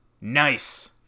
nice